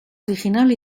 original